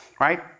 right